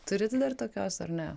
turi dar tokios ar ne